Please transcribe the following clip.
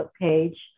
page